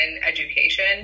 education